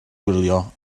wylio